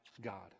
God